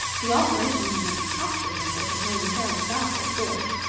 the alteration in the man's costume was what had momentarily baffled george.